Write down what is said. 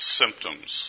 symptoms